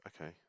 okay